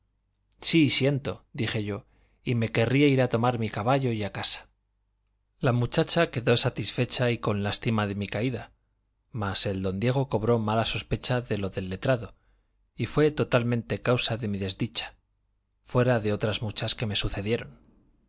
sí siento dije yo y me querría ir a tomar mi caballo y a casa la muchacha quedó satisfecha y con lástima de mi caída mas el don diego cobró mala sospecha de lo del letrado y fue totalmente causa de mi desdicha fuera de otras muchas que me sucedieron